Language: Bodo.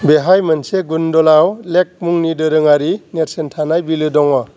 बेहाय मोनसे गुन्डलाव लेक मुंनि दोरोङारि नेरसोन थानाय बिलो दङ